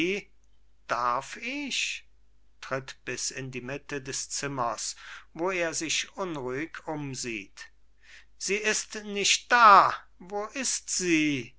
darf ich tritt bis in die mitte des zimmers wo er sich unruhig umsieht sie ist nicht da wo ist sie